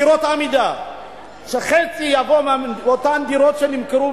דירות "עמידר"; חצי יבוא מאותן דירות שנמכרו,